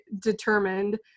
determined